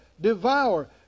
Devour